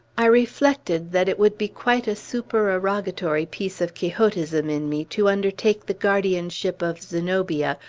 i reflected that it would be quite a supererogatory piece of quixotism in me to undertake the guardianship of zenobia,